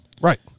Right